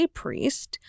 priest